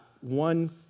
one